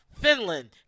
Finland